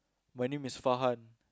my name is Farhan